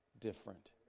different